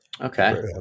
okay